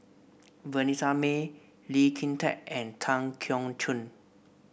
Vanessa Mae Lee Kin Tat and Tan Keong Choon